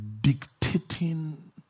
dictating